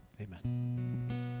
amen